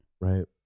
Right